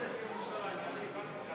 שמאחד עוד יותר את ירושלים.